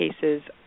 cases